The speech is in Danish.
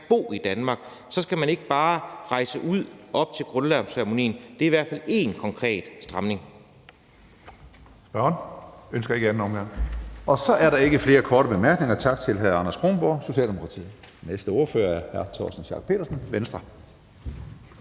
bo i Danmark, og så skal man ikke bare rejse ud op til grundlovsceremonien. Det er i hvert fald én konkret stramning.